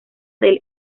del